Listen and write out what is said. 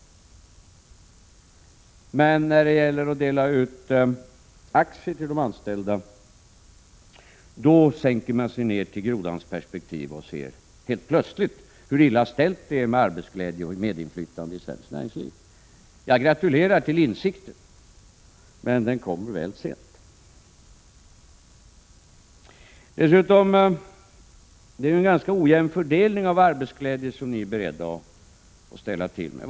När det däremot gäller att dela ut aktier till de anställda sänker man sig ned till grodans perspektiv och ser helt plötsligt hur illa ställt det är med arbetsglädjen och medinflytandet i svenskt näringsliv. Jag gratulerar till den insikten, men den kommer väl sent. Det är dessutom en ganska ojämn fördelning av arbetsglädjen som ni är beredda att komma med.